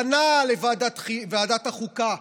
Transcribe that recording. פנה לוועדת החוקה,